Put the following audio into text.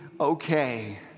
okay